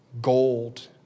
gold